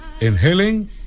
inhaling